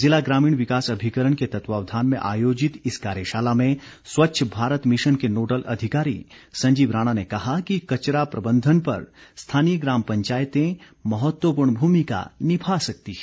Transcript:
जिला ग्रामीण विकास अभिकरण के तत्वावधान में आयोजित इस कार्यशाला में स्वच्छ भारत मिशन के नोडल अधिकारी संजीव राणा ने कहा कि कचरा प्रबंधन पर स्थानीय ग्राम पंचायतें महत्वपूर्ण भूमिका निभा सकती हैं